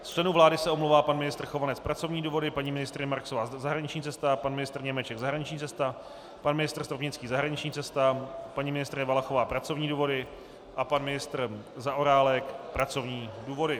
Z členů vlády se omlouvá pan ministr Chovanec pracovní důvody, paní ministryně Marksová zahraniční cesta, pan ministr Němeček zahraniční cesta, pan ministr Stropnický zahraniční cesta, paní ministryně Valachová pracovní důvody a pan ministr Zaorálek pracovní důvody.